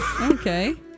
Okay